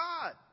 God